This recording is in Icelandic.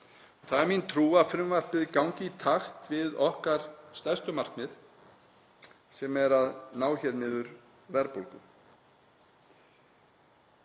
Það er mín trú að frumvarpið gangi í takt við okkar stærstu markmið sem er að ná hér niður verðbólgu.